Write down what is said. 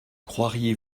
croiriez